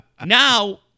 Now